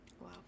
Wow